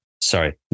Sorry